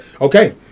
Okay